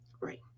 Right